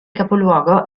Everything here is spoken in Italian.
capoluogo